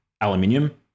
aluminium